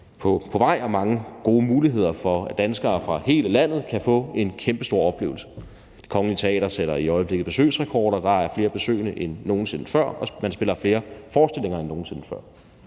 på vej og mange gode muligheder for, at danskere fra hele landet kan få en kæmpestor oplevelse. Det Kongelige Teater sætter i øjeblikket besøgsrekorder. Der er flere besøgende end nogen sinde før, og man spiller flere forestillinger end nogen sinde før.